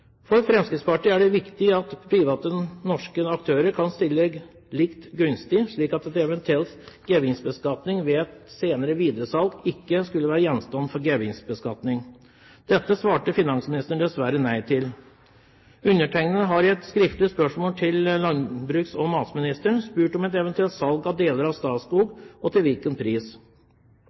For Fremskrittspartiet er det viktig at private norske aktører kan stilles like gunstig, slik at en eventuell gevinst ved et senere videresalg ikke skulle være gjenstand for gevinstbeskatning. Dette svarte finansministeren dessverre nei til. Undertegnede har i et skriftlig spørsmål til landbruks- og matministeren spurt om et eventuelt salg av deler av Statskog – og til hvilken pris.